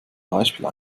beispiel